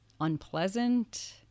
unpleasant